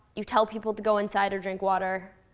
you tell people to go inside or drink water.